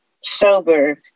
sober